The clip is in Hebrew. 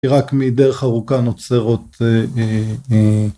כי רק מדרך ארוכה נוצרות...